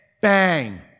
Bang